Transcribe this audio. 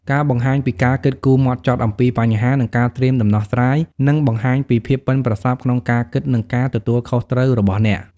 ការបង្ហាញពីការគិតគូរហ្មត់ចត់អំពីបញ្ហា និងការត្រៀមដំណោះស្រាយ នឹងបង្ហាញពី ភាពប៉ិនប្រសប់ក្នុងការគិត និងការទទួលខុសត្រូវ របស់អ្នក។